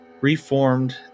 reformed